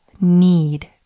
need